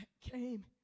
came